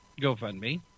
GoFundMe